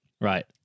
Right